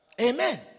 Amen